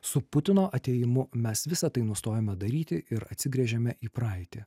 su putino atėjimu mes visa tai nustojome daryti ir atsigręžėme į praeitį